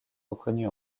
reconnue